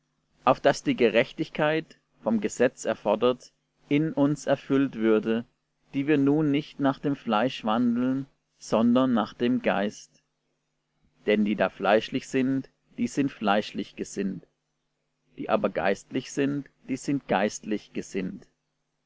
auf daß die gerechtigkeit vom gesetz erfordert in uns erfüllt würde die wir nun nicht nach dem fleische wandeln sondern nach dem geist denn die da fleischlich sind die sind fleischlich gesinnt die aber geistlich sind die sind geistlich gesinnt